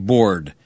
Board